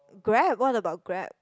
grab what about grab